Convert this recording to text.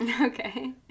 Okay